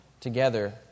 together